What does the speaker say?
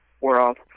world